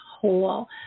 whole